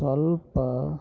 ಸ್ವಲ್ಪ